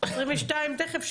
2022 תכף,